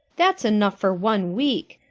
that's enough for one week.